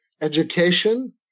education